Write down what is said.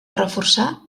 reforçar